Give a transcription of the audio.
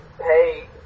hey